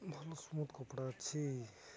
ଭଲ ସ୍ମୁଥ୍ କପଡ଼ା ଅଛି